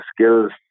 skills